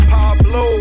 Pablo